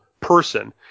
person